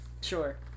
Sure